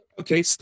Okay